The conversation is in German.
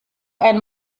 ein